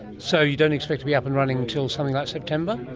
so you don't expect to be up and running until something like september?